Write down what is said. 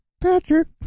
Patrick